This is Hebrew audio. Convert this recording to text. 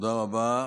תודה רבה.